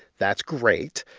that's great.